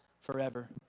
forever